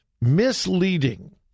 misleading